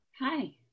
Hi